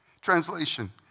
Translation